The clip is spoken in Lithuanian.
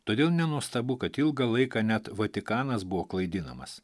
todėl nenuostabu kad ilgą laiką net vatikanas buvo klaidinamas